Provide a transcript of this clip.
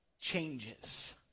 changes